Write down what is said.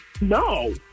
No